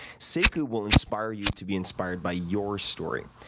sekou will inspire you to be inspired by your story.